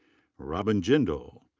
robin jindal.